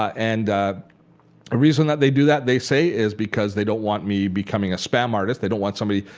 and ah reason that they do that they say is because they don't want me becoming a spam artist. they don't want somebody,